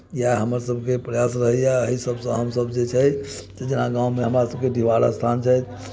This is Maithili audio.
इएह हमरसभके प्रयास रहैए एही सभसँ हमसभ जे छै जेना गाममे हमरासभके डिहबार स्थान छै